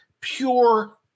pure